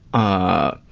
ah,